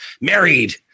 married